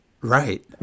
Right